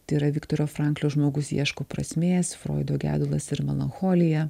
tai yra viktoro franklio žmogus ieško prasmės froido gedulas ir melancholija